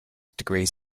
degrees